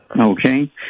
Okay